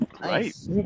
Right